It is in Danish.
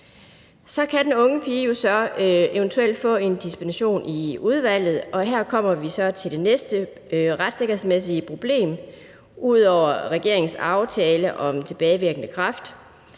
Så kan den unge pige jo så eventuelt få en dispensation i udvalget, og her kommer vi så til det næste retssikkerhedsmæssige problem ud over regeringens aftale om tilbagevirkende kraft